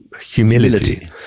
humility